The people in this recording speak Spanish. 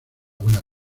buena